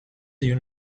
you